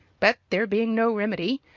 but there being no remedy,